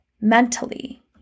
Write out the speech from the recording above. mentally